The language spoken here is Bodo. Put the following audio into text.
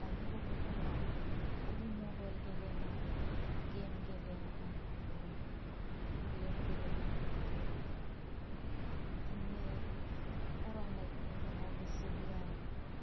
दानि गथ'फोरा खालि मबेल गेलेनाय गेम गेलेनाय आरो गेम गेलेनाय आरो बिदिनो फरायनायफोराव बारा गोसो होआ